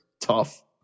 Tough